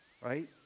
Right